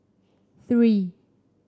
three